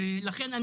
לכן,